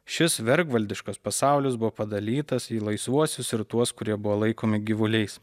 šis vergvaldiškas pasaulis buvo padalytas į laisvuosius ir tuos kurie buvo laikomi gyvuliais